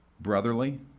Brotherly